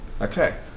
Okay